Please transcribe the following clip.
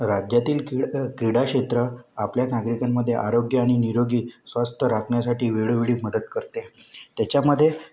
राज्यातील किड क्रीडाक्षेत्र आपल्या नागरिकांमध्ये आरोग्य आणि निरोगी स्वस्थ राखण्यासाठी वेळोवेळी मदत करते त्याच्यामध्ये